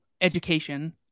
education